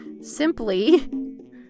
simply